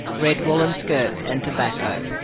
red woollen shirts, and tobacco.